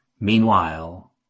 Meanwhile